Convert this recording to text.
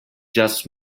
just